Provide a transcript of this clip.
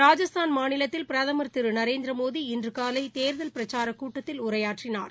ராஜஸ்தான் மாநிலத்தில் பிரதமா் திரு நரேந்திரமோடி இன்று காலை தேர்தல் பிரச்சாரக் கூட்டத்தில் உரையாற்றினார்